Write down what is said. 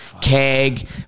keg